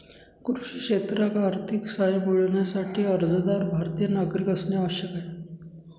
कृषी क्षेत्रात आर्थिक सहाय्य मिळविण्यासाठी, अर्जदार भारतीय नागरिक असणे आवश्यक आहे